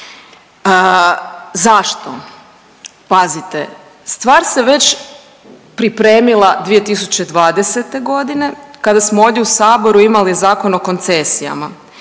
Zašto? Pazite, stvar se već pripremila 2020.g. kada smo ovdje u saboru imali Zakon o koncesijama,